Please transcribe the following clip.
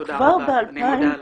תודה רבה, אני מודה לך.